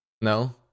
No